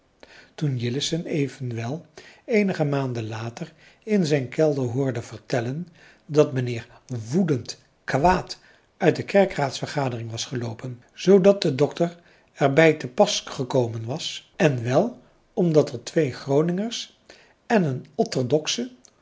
toen jillessen evenwel eenige maanden later in zijn kelder hoorde vertellen dat mijnheer woedend kwaad uit de kerkeraadsvergadering was geloopen zoodat de dokter er bij te pas gekomen was en wel omdat er twee groningers en een